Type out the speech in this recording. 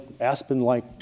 Aspen-like